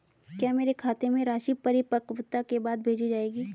क्या मेरे खाते में राशि परिपक्वता के बाद भेजी जाएगी?